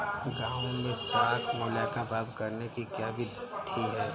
गाँवों में साख मूल्यांकन प्राप्त करने की क्या विधि है?